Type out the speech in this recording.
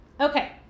Okay